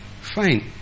Fine